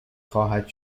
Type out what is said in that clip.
خواهد